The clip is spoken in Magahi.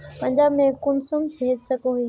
पंजाब में कुंसम भेज सकोही?